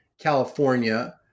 California